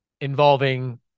involving